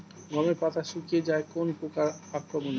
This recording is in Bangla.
গমের পাতা শুকিয়ে যায় কোন পোকার আক্রমনে?